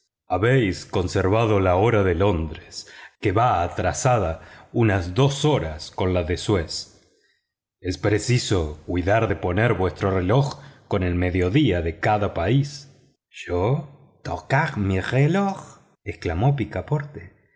habéis conservado la hora de londres que va atrasada unas dos horas con la de suez es preciso cuidar de poner vuestro reloj con el mediodía de cada país yo tocar mi reloj exclamó picaporte